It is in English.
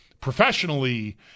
professionally